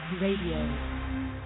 Radio